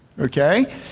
Okay